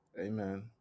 Amen